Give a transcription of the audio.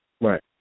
Right